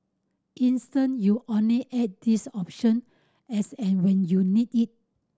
instead you only add this option as and when you need it